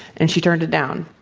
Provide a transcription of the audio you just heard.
and she turned it down.